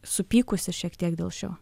supykusi šiek tiek dėl šio